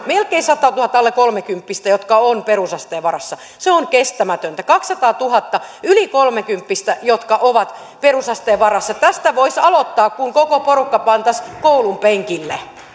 melkein sadalletuhannelle alle kolmekymppistä jotka ovat perusasteen varassa se on kestämätöntä kaksisataatuhatta yli kolmekymppistä jotka ovat perusasteen varassa tästä voisi aloittaa kun koko porukka pantaisiin koulun penkille